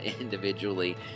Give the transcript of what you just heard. individually